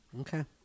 Okay